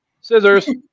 scissors